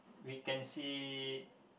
we can see